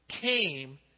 came